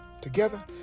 Together